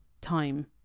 time